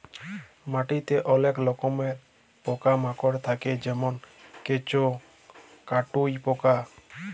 মাটিতে অলেক রকমের পকা মাকড় থাক্যে যেমল কেঁচ, কাটুই পকা